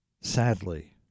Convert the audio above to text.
sadly